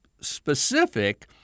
specific